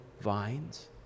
vines